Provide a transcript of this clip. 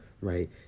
right